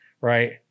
right